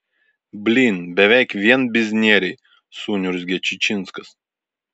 blyn beveik vien biznieriai suniurzgė čičinskas